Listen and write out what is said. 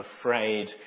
afraid